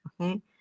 Okay